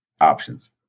options